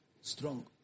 strong